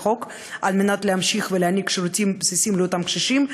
חוק כדי להמשיך ולהעניק שירותים בסיסיים לאותם קשישים.